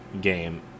game